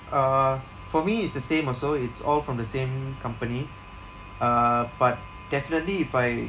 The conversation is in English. uh for me is the same also it's all from the same company uh but definitely if I